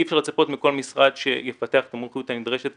אי אפשר לצפות מכל משרד שיפתח את המומחיות הנדרשת.